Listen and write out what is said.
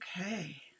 okay